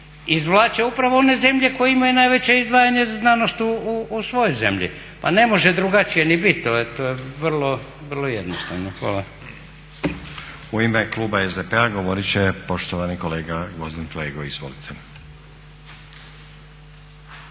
izvlače upravo one zemlje kojima je najveće izdvajanje za znanost u svojoj zemlji. Pa ne može drugačije ni biti to je vrlo jednostavno. Hvala. **Stazić, Nenad (SDP)** U ime kluba SDP-a govorit će poštovani kolega Gvozden Flego. Izvolite.